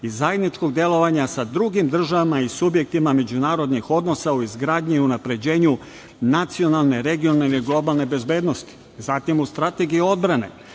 i zajedničkog delovanja sa drugim državama i subjektima međunarodnih odnosa u izgradnji i unapređenju nacionalne, regionalne i globalne bezbednosti, zatim u strategiji odbrane